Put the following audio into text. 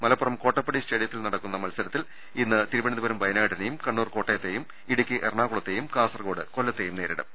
മലപ്പുറം കോട്ടപ്പടി സ്റ്റേഡിയത്തിൽ നടക്കുന്ന മൽസരത്തിൽ ഇന്ന് തിരുവനന്തപുരം വയനാടിനേയും കണ്ണൂർ കോട്ടയത്തേയും ഇടുക്കി എറണാകുളത്തേയും കാസർകോഡ് കൊല്ലത്തേയും നേരിടും